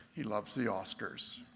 he loves the oscars.